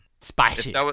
spicy